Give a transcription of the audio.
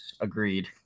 agreed